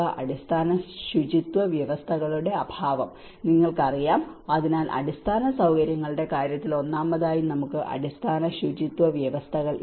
അടിസ്ഥാന ശുചിത്വ വ്യവസ്ഥകളുടെ അഭാവം നിങ്ങൾക്കറിയാം അതിനാൽ അടിസ്ഥാന സൌകര്യങ്ങളുടെ കാര്യത്തിൽ തന്നെ ഒന്നാമതായി ഒന്ന് നമുക്ക് അടിസ്ഥാന ശുചിത്വ വ്യവസ്ഥകൾ ഇല്ല